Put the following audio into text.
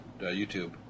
YouTube